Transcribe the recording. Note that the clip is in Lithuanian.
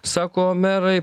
sako merai